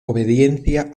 obediencia